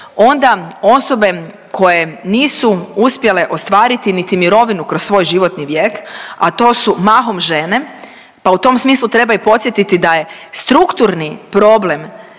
onda osobe koje nisu uspjele ostvariti niti mirovinu kroz svoj životni vijek, a to su mahom žene, pa u tom smislu treba i podsjetiti da je strukturni problem